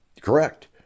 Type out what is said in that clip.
Correct